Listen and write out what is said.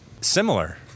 Similar